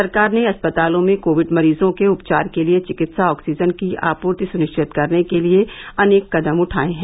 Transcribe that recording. सरकार ने अस्पतालों में कोविड मरीजों के उपचार के लिए चिकित्सा ऑक्सीजन की आपूर्ति सुनिश्चित करने के लिए अनेक कदम उठाये हैं